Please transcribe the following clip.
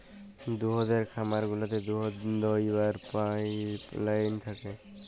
দুহুদের খামার গুলাতে দুহুদ দহাবার পাইপলাইল থ্যাকে